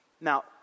Now